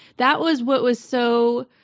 that was what was so,